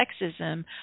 sexism